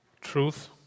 truth